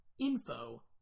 info